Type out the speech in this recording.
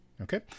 Okay